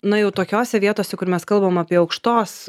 na jau tokiose vietose kur mes kalbam apie aukštos